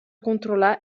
controlar